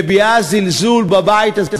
מביעה זלזול בבית הזה,